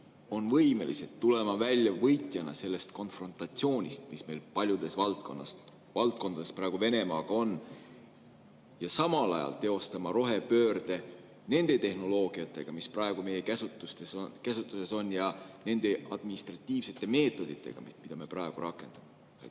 on võimelised tulema võitjana välja sellest konfrontatsioonist, mis meil paljudes valdkondades praegu Venemaaga on, ja samal ajal teostama rohepöörde nende tehnoloogiatega, mis praegu meie käsutuses on, ja nende administratiivsete meetoditega, mida me praegu rakendame?